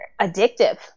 addictive